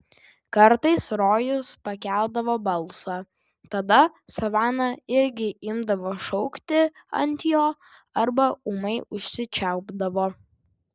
kartais rojus pakeldavo balsą tada savana irgi imdavo šaukti ant jo arba ūmai užsičiaupdavo